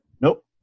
Nope